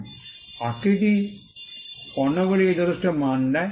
3 আকৃতি পণ্যগুলিকে যথেষ্ট মান দেয়